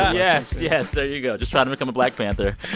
yes, yes, there you go. just trying to become a black panther